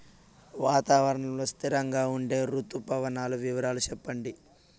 వాతావరణం లో స్థిరంగా ఉండే రుతు పవనాల వివరాలు చెప్పండి?